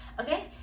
okay